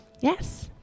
Yes